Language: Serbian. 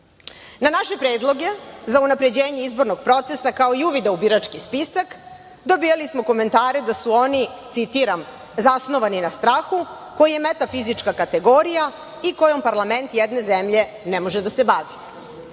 naše predloge za unapređenje izbornog procesa, kao i uvida u birački spisak, dobijali smo komentare da su oni, citiram: „Zasnovani na strahu koji je metafizička kategorija i kojom parlament jedne zemlje ne može da se bavi.“Juče